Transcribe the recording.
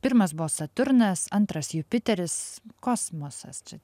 pirmas buvo saturnas antras jupiteris kosmosas čia